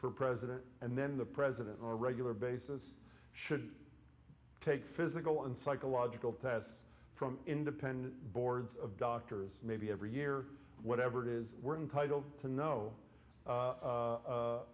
for president and then the president on a regular basis should take physical and psychological tests from independent boards of doctors maybe every year whatever it is we're entitled to know